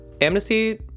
amnesty